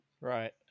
Right